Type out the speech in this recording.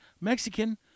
Mexican